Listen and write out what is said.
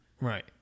Right